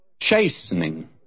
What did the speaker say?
chastening